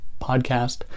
podcast